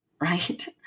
right